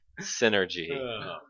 synergy